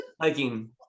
Hiking